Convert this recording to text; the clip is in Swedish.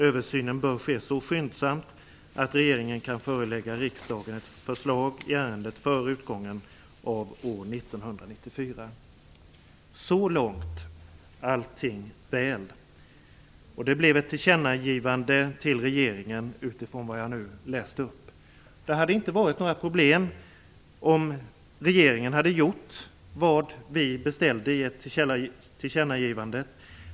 Översynen bör ske så skyndsamt att regeringen kan förelägga riksdagen ett förslag i ärendet före utgången av år 1994." Så långt är allting väl. Det blev ett tillkännagivande till regeringen utifrån det jag nu läste upp. Det hade inte varit några problem om regeringen hade gjort vad vi beställde i tillkännagivandet.